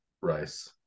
Rice